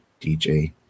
DJ